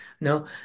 No